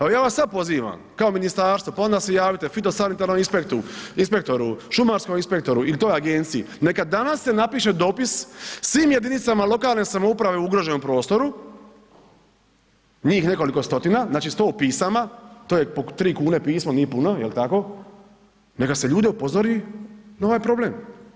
Ali ja vas sad pozivam kao ministarstvo pa onda se javite fitosanitarnom inspektoru, šumarskom inspektoru ili toj agenciji neka se danas napiše dopis svim jedinicama lokalne samouprave u ugroženom prostoru, njih nekoliko 100-tina znači 100 pisama, to je po 3 kune pismo, nije puno jel tako, neka se ljude upozori na ovaj problem.